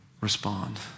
respond